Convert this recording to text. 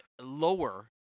lower